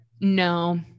No